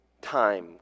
time